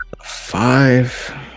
five